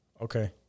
Okay